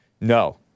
No